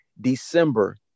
December